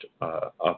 up